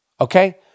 Okay